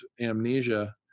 amnesia